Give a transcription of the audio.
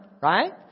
right